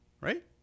Right